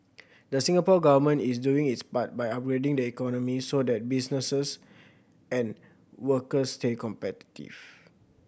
the Singapore Government is doing its part by upgrading the economy so that businesses and workers stay competitive